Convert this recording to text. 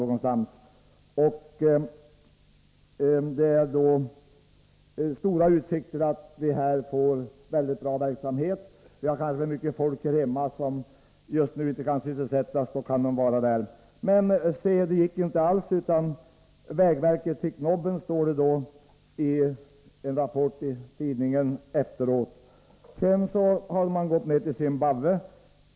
Det sägs att det är stora utsikter till att allt detta skall ge en mycket bra verksamhet och att vi kanske har folk hemma som just nu inte kan sysselsättas och som kan vara utomlands i stället. — Men det gick inte alls! ”Vägverket fick nobben” står det i en rapport. Vidare har man startat verksamhet i Zimbabwe.